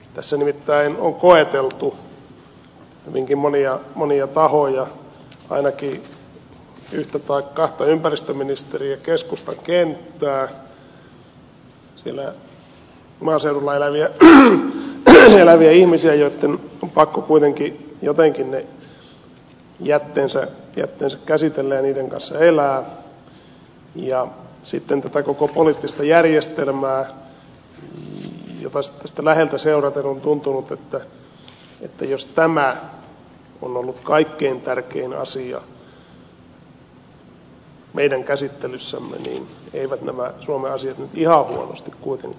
tässä nimittäin on koeteltu hyvinkin monia tahoja ainakin yhtä tai kahta ympäristöministeriä ja keskustan kenttää siellä maaseudulla eläviä ihmisiä joitten on pakko kuitenkin jotenkin ne jätteensä käsitellä ja niiden kanssa elää ja sitten tätä koko poliittista järjestelmää jota tästä läheltä seuraten on tuntunut että jos tämä on ollut kaikkein tärkein asia meidän käsittelyssämme niin eivät nämä suomen asiat nyt ihan huonosti kuitenkaan ole